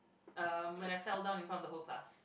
um when I fell down in front of the whole class